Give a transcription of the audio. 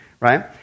right